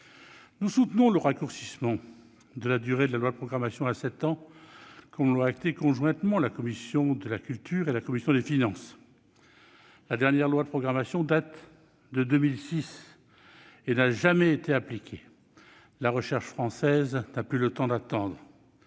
Nous soutenons le raccourcissement de la durée de la loi de programmation à sept ans, comme l'ont acté conjointement la commission de la culture et la commission des finances. La dernière loi de programmation date de 2006 et n'a jamais été appliquée. La recherche française n'a plus le temps d'attendre.